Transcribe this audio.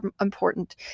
important